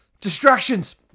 Distractions